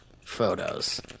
photos